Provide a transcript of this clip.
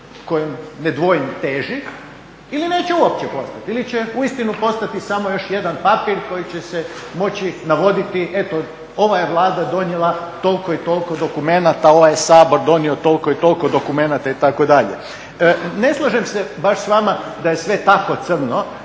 kojem ne dvojim teži ili neće uopće postati ili će uistinu postati samo još jedan papir koji će se moći navoditi eto ova je Vlada donijela toliko i toliko dokumenata, ovaj je Sabor donio toliko i toliko dokumenata itd. Ne slažem se baš s vama da je sve tako crno